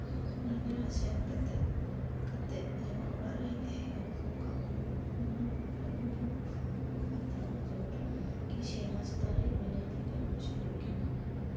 ᱱᱚᱰᱮᱱᱟᱜ ᱥᱮᱱ ᱠᱟᱛᱮᱫ ᱡᱮᱢᱚᱱ ᱚᱲᱟᱜ ᱨᱤᱧ ᱛᱟᱦᱮᱸ ᱠᱟᱱ ᱚᱱᱠᱟ ᱚᱱᱩᱵᱷᱚᱵᱽ ᱦᱩᱭᱩᱜ ᱠᱟᱱ ᱛᱟᱦᱮᱱᱚᱜᱼᱟ ᱡᱮᱢᱚᱱ ᱠᱤ ᱥᱮᱨᱢᱟ ᱪᱮᱛᱟᱱ ᱨᱮ ᱢᱤᱱᱟᱹᱧ ᱞᱮᱠᱟ ᱵᱩᱡᱷᱟᱹᱣᱮᱜ ᱠᱟᱱᱟ